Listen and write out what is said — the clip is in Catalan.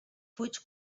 fuig